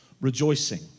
rejoicing